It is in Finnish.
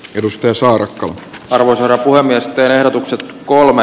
edustaja saarakkala tarmo sortui myös ehdotukset kolme